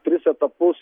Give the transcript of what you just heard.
tris etapus